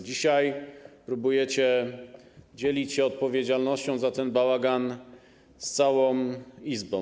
Dzisiaj próbujecie dzielić się odpowiedzialnością za ten bałagan z całą Izbą.